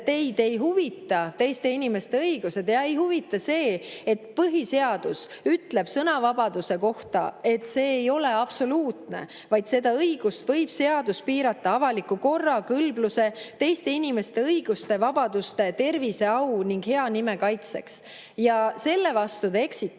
teid ei huvita teiste inimeste õigused ega huvita see, et põhiseadus ütleb sõnavabaduse kohta, et see ei ole absoluutne, vaid seda õigust võib seadus piirata avaliku korra, kõlbluse, teiste inimeste õiguste, vabaduste, tervise, au ning hea nime kaitseks. Ja selle vastu te eksite.